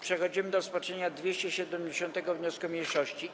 Przechodzimy do rozpatrzenia 270. wniosku mniejszości.